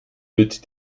wird